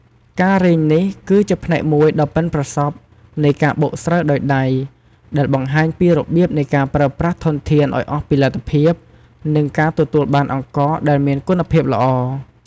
ការរែងនេះ គឺជាផ្នែកមួយដ៏ប៉ិនប្រសប់នៃការបុកស្រូវដោយដៃ ដែលបង្ហាញពីរបៀបនៃការប្រើប្រាស់ធនធានឱ្យអស់ពីលទ្ធភាព និងការទទួលបានអង្ករដែលមានគុណភាពល្អ។